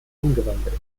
umgewandelt